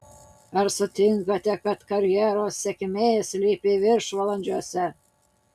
ar sutinkate kad karjeros sėkmė slypi viršvalandžiuose